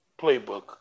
playbook